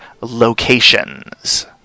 locations